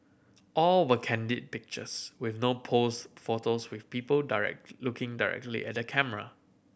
all were candid pictures with no pose photos with people looking directly at the camera